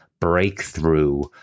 breakthrough